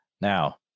Now